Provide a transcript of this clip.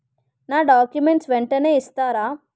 నా డాక్యుమెంట్స్ వెంటనే ఇస్తారా?